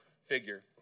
figure